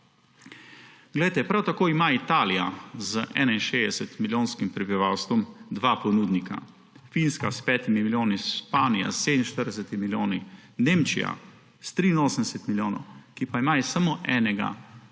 Prav tako ima Italija z 61-milijonskim prebivalstvom dva ponudnika, Finska s 5 milijoni, Španija s 47 milijoni, Nemčija pa ima s 83 milijoni samo enega